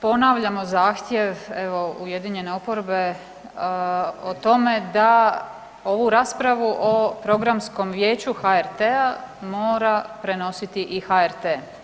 Ponavljamo zahtjev evo ujedinjene oporbe o tome da ovu raspravu o Programskom vijeću HRT-a mora prenositi i HRT.